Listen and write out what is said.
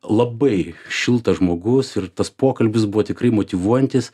labai šiltas žmogus ir tas pokalbis buvo tikrai motyvuojantis